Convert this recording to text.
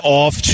off